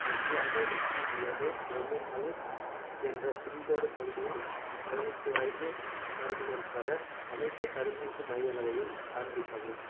அஞ்சு ஆறு ரெண்டு ஏழு ஒன்று நாலு என்ற பின்கோடு பகுதியில் பதினெட்டு வயது வரம்பினருக்கான அனைத்துத் தடுப்பூசி மையங்களையும் காண்பிக்கவும்